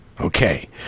Okay